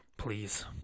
Please